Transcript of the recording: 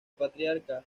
patriarca